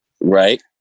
right